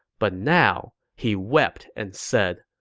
but now, he wept and said,